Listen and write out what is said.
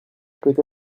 peut